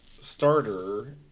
starter